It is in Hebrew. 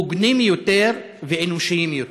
הוגנים יותר ואנושיים יותר.